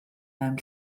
mewn